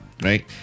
right